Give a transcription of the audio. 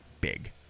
big